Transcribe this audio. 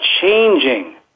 changing